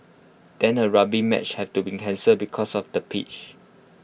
then A rugby match had to be cancelled because of the pitch